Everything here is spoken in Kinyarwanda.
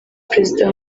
perezida